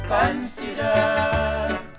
Consider